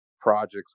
projects